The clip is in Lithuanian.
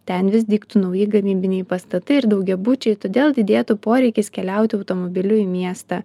ten vis dygtų nauji gamybiniai pastatai ir daugiabučiai todėl didėtų poreikis keliauti automobiliu į miestą